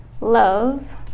love